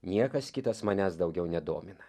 niekas kitas manęs daugiau nedomina